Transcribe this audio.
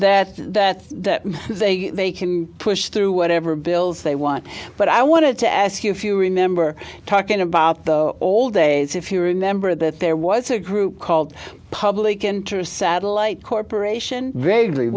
because that that they they can push through whatever bills they want but i wanted to ask you if you remember talking about the old days if you remember that there was a group called public interest satellite corporation